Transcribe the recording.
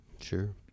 sure